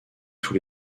tous